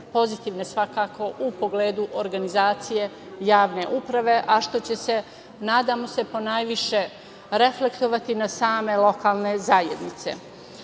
pozitivne svakako, u pogledu organizacije javne uprave, a što će se, nadamo se, ponajviše reflektovati na same lokalne zajednice.U